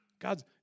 God's